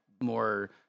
more